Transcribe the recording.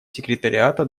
секретариата